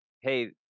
hey